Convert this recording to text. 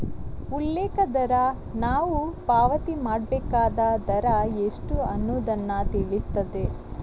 ಉಲ್ಲೇಖ ದರ ನಾವು ಪಾವತಿ ಮಾಡ್ಬೇಕಾದ ದರ ಎಷ್ಟು ಅನ್ನುದನ್ನ ತಿಳಿಸ್ತದೆ